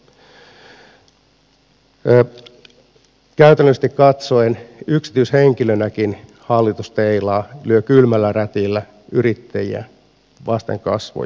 käytännöllisesti katsoen yksityishenkilönäkin hallitus teilaa lyö kylmällä rätillä yrittäjiä vasten kasvoja